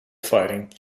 fighting